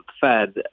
Fed